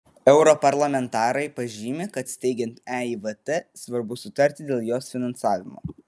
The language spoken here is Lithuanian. europarlamentarai pažymi kad steigiant eivt svarbu sutarti dėl jos finansavimo